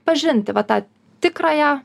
pažinti va tą tikrąją